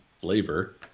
flavor